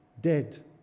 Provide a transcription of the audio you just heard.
dead